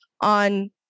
on